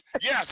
yes